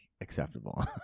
acceptable